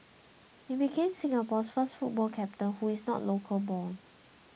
he became Singapore's first football captain who is not local born